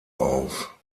auf